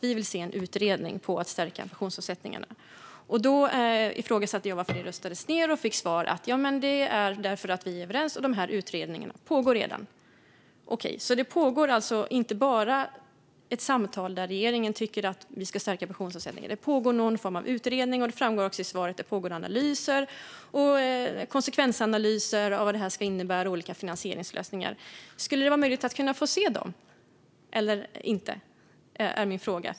Vi vill se en utredning om att stärka pensionsavsättningarna. Jag ifrågasatte varför det röstades ned och fick till svar: Det är för att vi är överens, och de här utredningarna pågår redan. Det pågår alltså inte bara ett samtal där regeringen tycker vi ska stärka pensionsavsättningarna. Det pågår någon form av utredning. Det framgår också i svaret att det pågår analyser. Det gäller konsekvensanalyser av vad olika finansieringslösningar innebär. Skulle det vara möjligt att kunna få se dem eller inte? Det är min fråga.